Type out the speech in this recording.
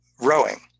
rowing